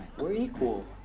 we're equal.